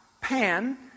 Pan